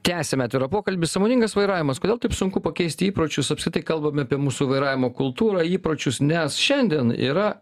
tęsiame atvirą pokalbį sąmoningas vairavimas kodėl taip sunku pakeisti įpročius apskritai kalbame apie mūsų vairavimo kultūrą įpročius nes šiandien yra